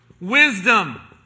wisdom